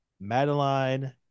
Madeline